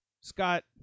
Scott